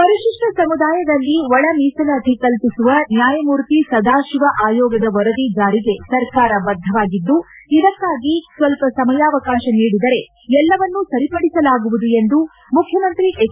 ಪರಿಶಿಷ್ಠರ ಸಮದಾಯದಲ್ಲಿ ಒಳ ಮೀಸಲಾತಿ ಕಲ್ಪಿಸುವ ನ್ಯಾಸದಾತಿವ ಆಯೋಗದ ವರದಿ ಜಾರಿಗೆ ಸರ್ಕಾರ ಬದ್ಧವಾಗಿದ್ದು ಇದಕ್ಕಾಗಿ ಸ್ವಲ್ಪ ಸಮಯಾವಕಾತ ನೀಡಿದರೆ ಎಲ್ಲವನ್ನು ಸರಿಪಡಿಸಲಾಗುವುದು ಎಂದು ಮುಖ್ಯಮಂತ್ರಿ ಎಚ್